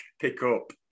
pickup